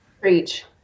preach